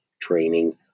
training